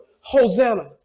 Hosanna